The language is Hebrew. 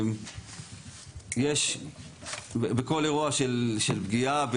יש בכל אירוע של פגיעה,